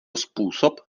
způsob